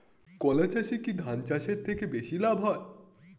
কলা চাষে কী ধান চাষের থেকে বেশী লাভ হয়?